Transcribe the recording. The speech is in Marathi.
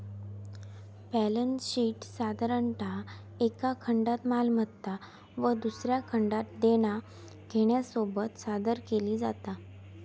बॅलन्स शीटसाधारणतः एका खंडात मालमत्ता व दुसऱ्या खंडात देना घेण्यासोबत सादर केली जाता